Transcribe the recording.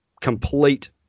complete